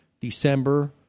December